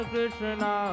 Krishna